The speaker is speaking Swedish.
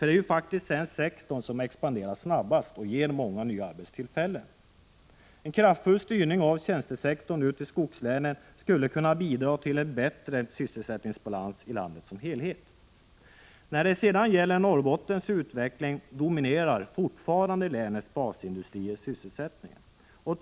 Det är faktiskt den sektorn som expanderar snahhast och oer månova nva arbetstillfällen. En kraftfull stvrning av basindustrier sysselsättningen.